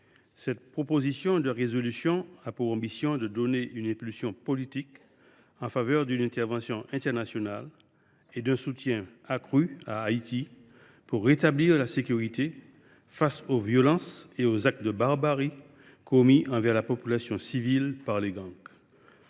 cette proposition de résolution a pour ambition de donner une impulsion politique en faveur d’une intervention internationale et d’un soutien accru à Haïti, afin de rétablir la sécurité face aux violences et aux actes de barbarie commis envers la population civile par les gangs.